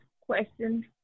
question